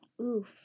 Oof